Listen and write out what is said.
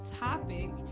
topic